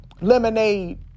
lemonade